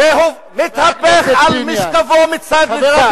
ומתהפך על משכבו מצד לצד,